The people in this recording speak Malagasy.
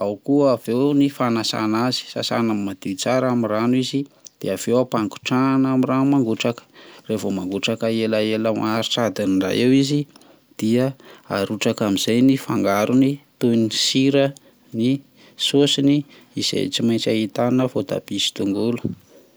ao ko aveo ny fanasana azy, sasana madio tsara amin'ny rano izy de aveo ampagotrahana amin'ny rano mangotraka, revo mangotraka ela ela maharitra adin'ny ray eo izy dia arotsaka amin' izay ny fangarony toy ny sira ny sôsiny izay tsy maintsy ahitana vaotabia sy tongolo.